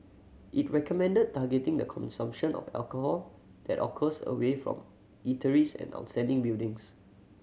it recommended targeting the consumption of alcohol that occurs away from eateries and outside buildings